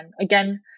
Again